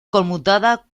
conmutada